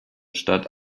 stadt